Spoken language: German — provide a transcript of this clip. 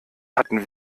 hatten